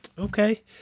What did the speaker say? Okay